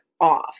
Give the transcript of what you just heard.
off